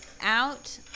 out